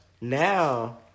now